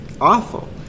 awful